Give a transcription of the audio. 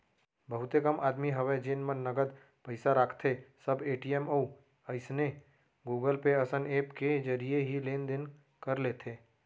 बहुते कम आदमी हवय जेन मन नगद पइसा राखथें सब ए.टी.एम अउ अइसने गुगल पे असन ऐप के जरिए ही लेन देन कर लेथे